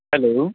hello